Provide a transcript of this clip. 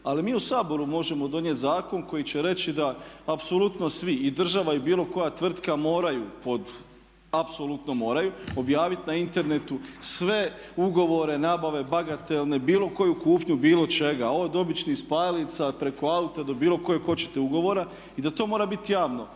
ali mi u Saboru možemo donijeti zakon koji će reći da apsolutno svi i država i bilo koja tvrtka moraju, apsolutno moraju objaviti na internetu sve ugovore, nabave bagatelne, bilo koju kupnju bilo čega od običnih spajalica preko auta do bilo kojeg hoćete ugovora i da to mora biti javno,